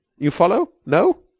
you follow? no?